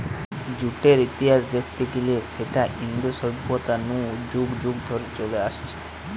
জুটের ইতিহাস দেখতে গিলে সেটা ইন্দু সভ্যতা নু যুগ যুগ ধরে চলে আসছে